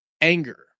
anger